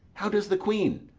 how does the queen?